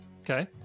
Okay